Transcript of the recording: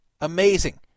Amazing